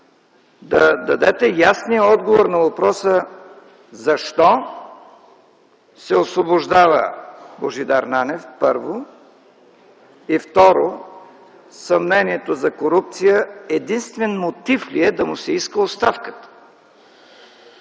да дадете ясния отговор на въпроса: защо се освобождава Божидар Нанев, първо, и второ, съмнението за корупция единствен мотив ли е да му се иска оставката.